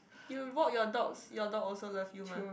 you walk your dogs your dog also love you mah